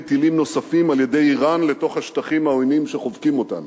טילים נוספים על-ידי אירן לתוך השטחים העוינים שחובקים אותנו.